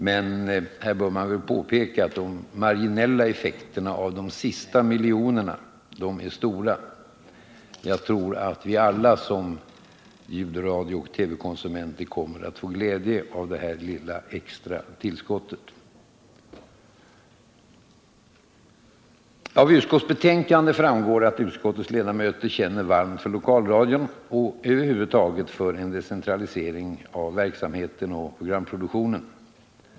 Men här bör man påpeka att de marginella effekterna av de sista miljonerna är stora. Jag tror att alla ljudradio och TV-konsumenter kommer att få glädje av det här lilla extra tillskottet. Av utskottsbetänkandet framgår att utskottets ledamöter känner varmt för lokalradion och över huvud taget för en decentralisering av verksamheten och programproduktionen.